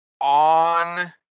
on